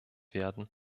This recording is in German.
werden